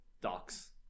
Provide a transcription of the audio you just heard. docs